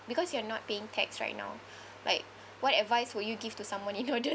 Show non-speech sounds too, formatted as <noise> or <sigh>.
because you are not paying tax right now like what advice would you give to someone in order <laughs>